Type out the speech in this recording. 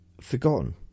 forgotten